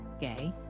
gay